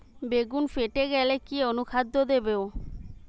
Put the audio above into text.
বেগুন ফেটে গেলে কি অনুখাদ্য দেবো?